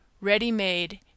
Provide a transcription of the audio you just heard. ready-made